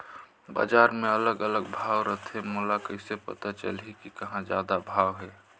बजार मे अलग अलग भाव रथे, मोला कइसे पता चलही कि कहां जादा भाव हे?